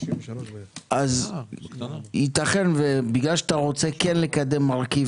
אז ייתכן שבגלל שאתה רוצה כן לקדם מרכיב